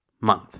month